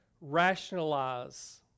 rationalize